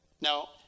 Now